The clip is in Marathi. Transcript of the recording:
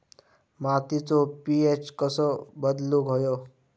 मातीचो पी.एच कसो बदलुक होयो?